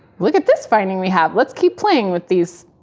look at this finding we have, let's keep playing with these.